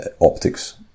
optics